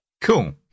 Cool